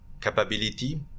capability